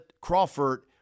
Crawford